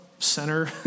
Center